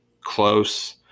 close